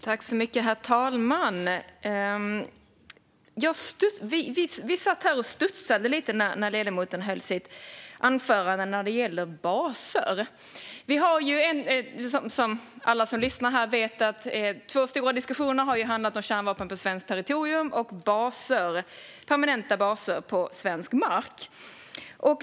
Herr talman! Vi satt här och studsade lite när ledamoten i sitt anförande nämnde baser. Som alla som lyssnar här vet har två stora diskussioner handlat om kärnvapen på svenskt territorium och om permanenta baser på svensk mark.